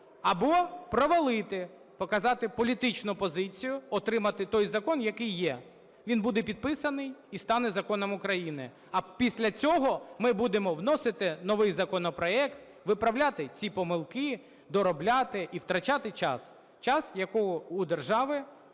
Або провалити, показати політичну позицію, отримати той закон, який є. Він буде підписаний і стане законом України. А після цього ми будемо вносити новий законопроект, виправляти ці помилки, доробляти і втрачати час. Час, якого у держави, на жаль,